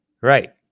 Right